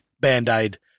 band-aid